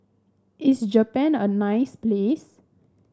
is Japan a nice place